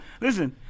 listen